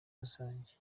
rusange